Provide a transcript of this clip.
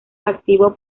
activo